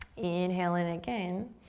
inhale in again.